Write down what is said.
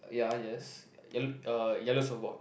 ya yes yel~ uh yellow surfboard